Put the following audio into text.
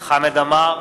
חמד עמאר,